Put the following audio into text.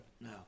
No